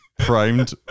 Primed